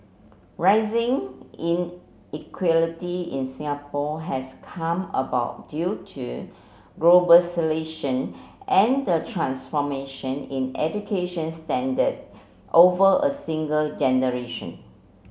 rising inequality in Singapore has come about due to and the transformation in education standard over a single generation